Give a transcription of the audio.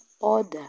order